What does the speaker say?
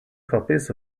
copies